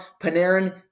Panarin